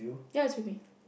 ya is with me